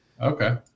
Okay